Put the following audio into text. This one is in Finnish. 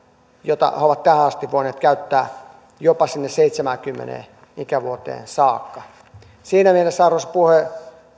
jota he ovat tähän asti voineet käyttää jopa sinne seitsemäänkymmeneen ikävuoteen saakka siinä mielessä arvoisa puhemies